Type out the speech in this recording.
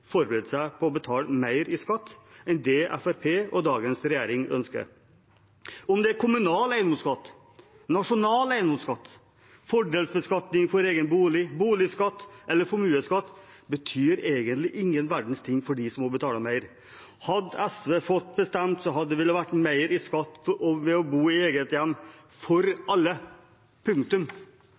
seg på å betale mer i skatt enn det Fremskrittspartiet og dagens regjering ønsker. Om det er kommunal eiendomsskatt, nasjonal eiendomsskatt, fordelsbeskatning for egen bolig, boligskatt eller formuesskatt, betyr egentlig ingen verdens ting for dem som må betale mer. Hadde SV fått bestemme, ville det ha vært mer i skatt ved å bo i eget hjem for alle – punktum.